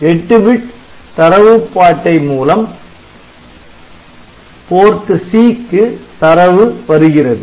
8 bit தரவுப் பாட்டை மூலம் PORT C க்கு தரவு வருகிறது